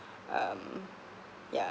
um yeah